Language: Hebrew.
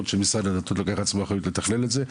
שמשרד הדתות לוקח על עצמו את האחריות לתכלל את זה.